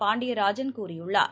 பாண்டியராஜன் கூறியுள்ளார்